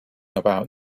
about